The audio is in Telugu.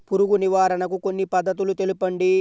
పురుగు నివారణకు కొన్ని పద్ధతులు తెలుపండి?